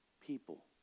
people